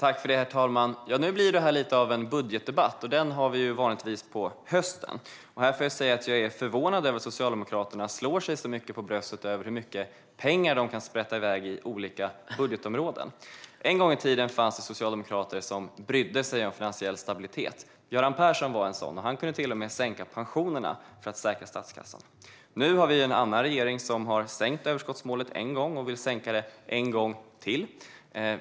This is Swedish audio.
Herr talman! Nu blir det här lite av en budgetdebatt, och den har vi vanligtvis på hösten. Jag är förvånad över att Socialdemokraterna slår sig för bröstet så mycket över hur mycket pengar de kan sprätta iväg på olika budgetområden. En gång i tiden fanns det socialdemokrater som brydde sig om finansiell stabilitet. Göran Persson var en sådan, och han kunde till och med sänka pensionerna för att säkra statskassan. Nu har vi en annan regering, som har sänkt överskottsmålet en gång och vill sänka det en gång till.